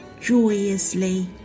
joyously